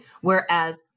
Whereas